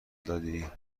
دادی